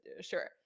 sure